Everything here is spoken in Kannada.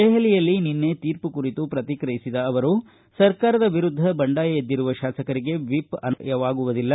ದೆಹಲಿಯಲ್ಲಿ ನಿನ್ನೆ ತೀರ್ಮ ಕುರಿತು ಪ್ರತಿಕ್ರಿಯಿಸಿದ ಅವರು ಸರ್ಕಾರದ ವಿರುದ್ದ ಬಂಡಾಯ ಎದ್ದಿರುವ ಶಾಸಕರಿಗೆ ವಿಪ್ ಅನ್ವಯವಾಗುವುದಿಲ್ಲ